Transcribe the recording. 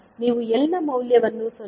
ನೀವು L ನ ಮೌಲ್ಯವನ್ನು 0